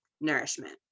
nourishment